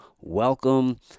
welcome